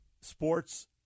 sports